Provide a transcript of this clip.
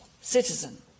citizen